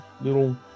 little